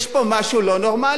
יש פה משהו לא נורמלי,